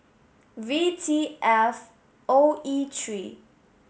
V T F O E three